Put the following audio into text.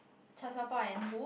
cha shao pao and who